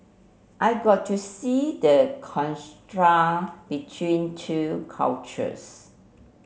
I got to see the between two cultures